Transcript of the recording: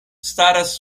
staras